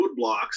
roadblocks